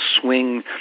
swing